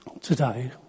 today